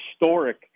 historic